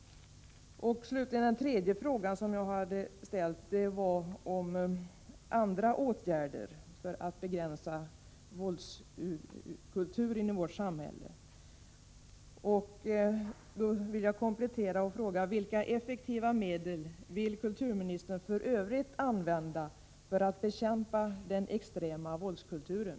Den tredje frågan som jag hade ställt gällde om regeringen vill vidta andra åtgärder för att begränsa våldskulturen inom vårt samhälle. Jag vill komplettera med en fråga: Vilka effektiva medel vill kulturministern för övrigt använda för att bekämpa den extrema våldskulturen?